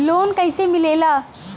Loan कईसे मिलेला?